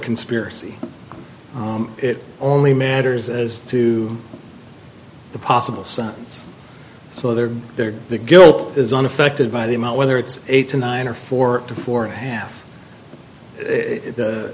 conspiracy it only matters as to the possible sentence so they're there the guilt is unaffected by the amount whether it's eight to nine or four to four and a half the